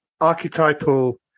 archetypal